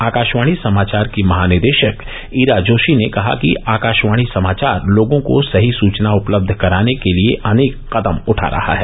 आकाशवाणी समाचार की महानिदेशक इरा जोशीने कहा कि आकाशवाणी समाचार लोगों को सही सूचना उपलब्ध कराने के लिए अनेक कदम उठा रहा है